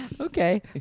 Okay